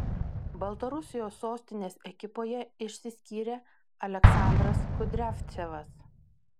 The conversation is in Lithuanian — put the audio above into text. baltarusijos sostinės ekipoje išsiskyrė aleksandras kudriavcevas